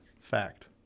fact